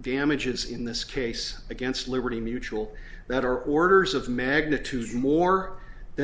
damages in this case against liberty mutual that are orders of magnitude more than